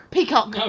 Peacock